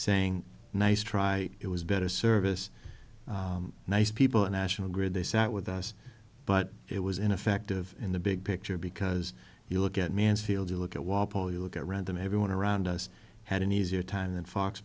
saying nice try it was better service nice people in ash agreed they sat with us but it was ineffective in the big picture because you look at mansfield you look at walpole you look at random everyone around us had an easier time than fox